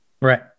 Right